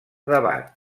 debat